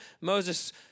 Moses